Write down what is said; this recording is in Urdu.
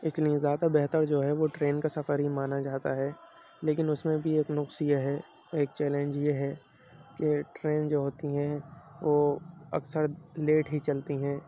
اس لیے زیادہ بہتر جو ہے وہ ٹرین کا سفر ہی مانا جاتا ہے لیکن اس میں بھی ایک نقص یہ ہے ایک چیلنج یہ ہے کہ ٹرین جو ہوتی ہیں وہ اکثر لیٹ ہی چلتی ہیں